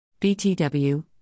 BTW